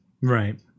Right